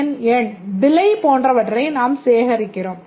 என் எண் விலை போன்றவற்றை நாம் சேகரிக்கிறோம்